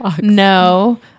no